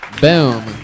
Boom